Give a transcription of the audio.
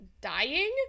dying